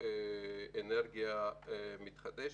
אנרגיה מתחדשת.